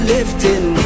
lifting